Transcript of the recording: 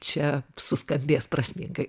čia suskambės prasmingai